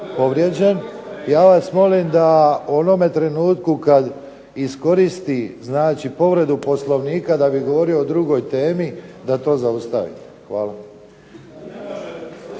povrijeđen. Ja vas molim da u onome trenutku kada koristi povredu Poslovnika da bi govorio o drugoj temi, da to zaustavite. Hvala.